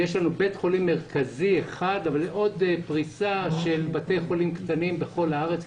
יש לנו בית חולים מרכזי אחד אבל עוד פריסה של בתי חולים קטנים בכל הארץ,